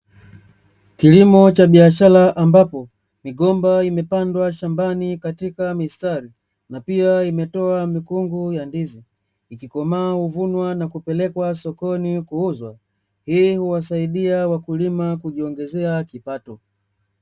Kilimo cha biashara ambapo, migomba imepandwa shambani katika mistari, na pia imetoa mikungu ya ndizi. Ikikomaa huvunwa na kupelekwa sokoni kuuzwa, hii huwasaidia wakulima kujiongezea kipato.